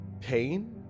pain